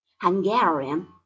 hungarian